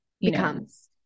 becomes